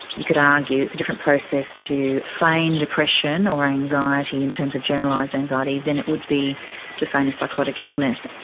you could argue it's a different process to feign depression or anxiety in terms of generalised anxiety than it would be to feign a psychotic illness.